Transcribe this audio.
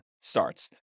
starts